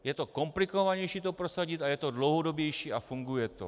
Je komplikovanější to prosadit a je to dlouhodobější a funguje to.